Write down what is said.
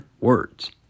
words